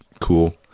cool